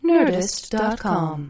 Nerdist.com